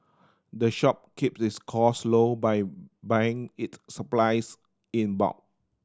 the shop keep this cost low by buying it supplies in bulk